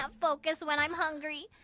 ah focus when i'm hungry.